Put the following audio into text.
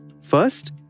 First